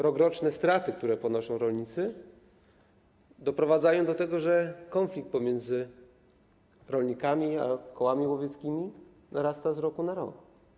Rokroczne straty, które ponoszą rolnicy, doprowadzają do tego, że konflikt pomiędzy rolnikami a kołami łowieckimi narasta z roku na rok.